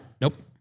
Nope